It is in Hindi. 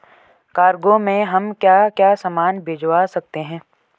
कार्गो में हम क्या क्या सामान भिजवा सकते हैं?